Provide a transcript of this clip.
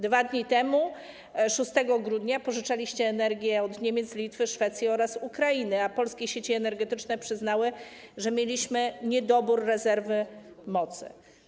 2 dni temu, 6 grudnia, pożyczaliście energię od Niemiec, Litwy, Szwecji oraz Ukrainy, a polskie sieci energetyczne przyznały, że mieliśmy niedobór rezerwy mocy.